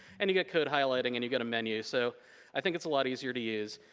and you get code highlighting and you get a menu, so i think it's a lot easier to use.